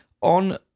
On